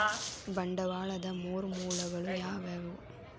ಬಂಡವಾಳದ್ ಮೂರ್ ಮೂಲಗಳು ಯಾವವ್ಯಾವು?